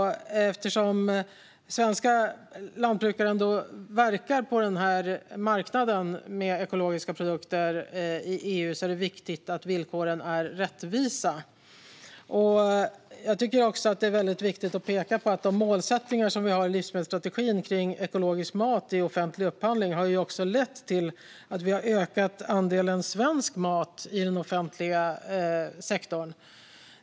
Eftersom svenska lantbrukare verkar på denna marknad med ekologiska produkter i EU är det viktigt att villkoren är rättvisa. Jag tycker också att det är viktigt att peka på att de målsättningar vi har i livsmedelsstrategin gällande ekologisk mat i offentlig upphandling har lett till att vi har ökat andelen svensk mat i den offentliga sektorn.